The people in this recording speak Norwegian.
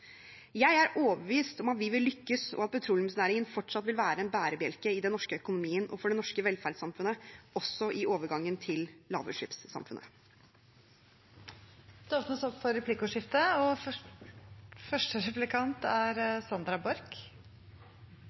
Jeg er overbevist om at vi vil lykkes, og at petroleumsnæringen fortsatt vil være en bærebjelke i den norske økonomien og for det norske velferdssamfunnet – også i overgangen til lavutslippssamfunnet. Det blir replikkordskifte.